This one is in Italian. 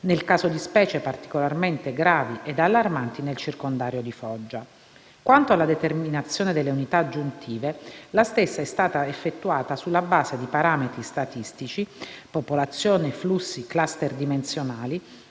nel caso di specie particolarmente gravi ed allarmanti nel circondario di Foggia. Quanto alla determinazione delle unità aggiuntive, la stessa è stata effettuata sulla base di parametri statistici - popolazione, flussi, *cluster* dimensionali